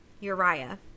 Uriah